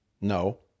No